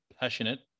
passionate